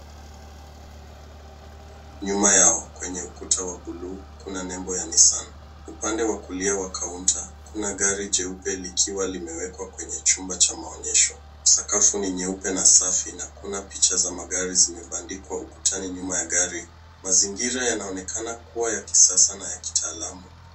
Nyuma yao kwenye ukuta wa buluu kuna nembo ya nissan . Upande wa kulia wa kaunta kuna gari jeupe likiwa limewekwa kwenye chumba cha maonyesho. Sakafu ni nyeupe na safi na kuna picha za magari zimebandikwa ukutani nyuma ya gari. Mazingira yanaonekana kuwa ya kisasa na ya kitaalamu.